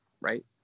right